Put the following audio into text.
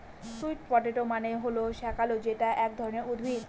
sweet potato মানে হল শাকালু যেটা এক ধরনের উদ্ভিদ